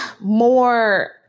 more